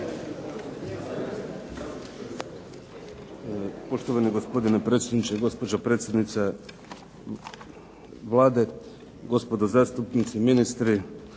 Poštovani gospodine predsjedniče, gospođo predsjednice Vlade, gospodo zastupnici, ministri.